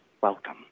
welcome